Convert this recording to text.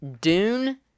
Dune